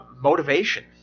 motivation